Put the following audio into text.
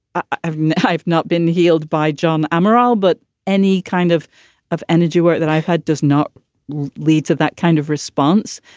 i've i've not been healed by john amaral, but any kind of of energy work that i've had does not lead to that kind of response.